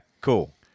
cool